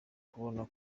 kubona